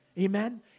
amen